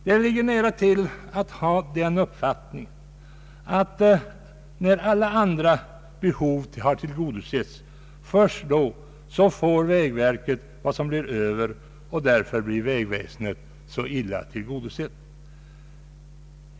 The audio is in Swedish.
Det ligger nära att ha den uppfattningen att först när alla andra behov har tillgodosetts, får vägverket vad som blir över, och därför blir vägväsendet så illa tillgodosett.